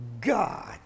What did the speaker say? God